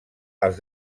els